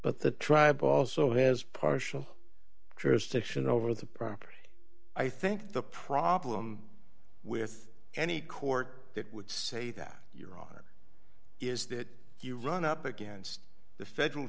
but the tribe also has partial jurisdiction over the property i think the problem with any court that would say that your honor is that you run up against the federal